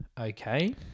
Okay